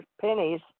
pennies